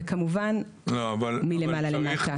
וכמון מלמעלה למטה.